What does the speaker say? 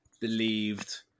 believed